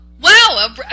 Wow